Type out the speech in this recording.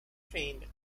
trained